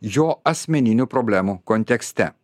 jo asmeninių problemų kontekste